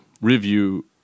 review